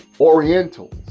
Orientals